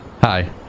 Hi